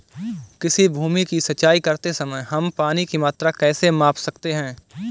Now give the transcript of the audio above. किसी भूमि की सिंचाई करते समय हम पानी की मात्रा कैसे माप सकते हैं?